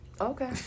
Okay